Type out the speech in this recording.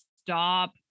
stop